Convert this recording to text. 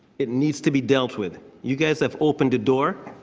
it needs to be dealt with. you guys have opened the door.